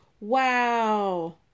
wow